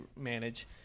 manage